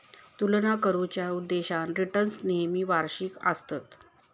तुलना करुच्या उद्देशान रिटर्न्स नेहमी वार्षिक आसतत